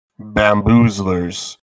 Bamboozlers